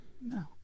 no